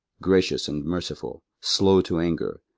gracious and merciful, slow to anger,